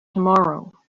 tomorrow